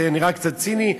זה נראה קצת ציני,